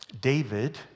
David